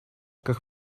как